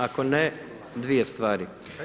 Ako ne, dvije stvari.